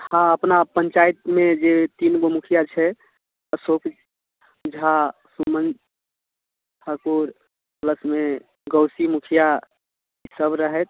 हँ अपना पञ्चायतमे जे तीन गो मुखिआ छै अशोक झा सुमन ठाकुर लक्ष्मी गौसी मुखिआ ई सब रहैत